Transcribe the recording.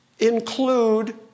Include